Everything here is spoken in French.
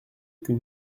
qu’une